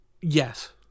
Yes